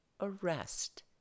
arrest